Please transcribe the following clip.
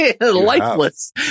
Lifeless